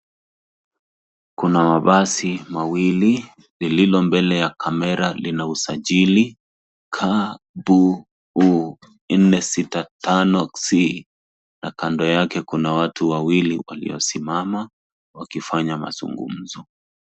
Kuna mabasi mawili lilo mbele ya kamera lina usajili KBU 465C na kando yake kuna watu wawili waliosimama wakifanya mazungumzo.